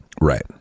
right